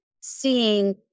seeing